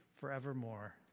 forevermore